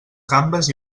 gambes